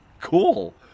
Cool